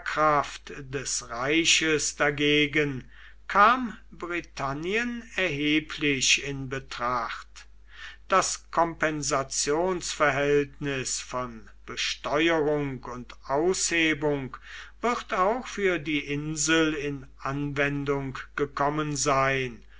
des reiches dagegen kam britannien erheblich in betracht das kompensationsverhältnis von besteuerung und aushebung wird auch für die insel in anwendung gekommen sein